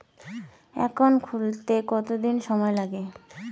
Account খুলতে কতদিন সময় লাগে?